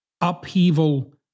Upheaval